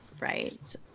right